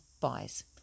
buys